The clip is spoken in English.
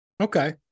okay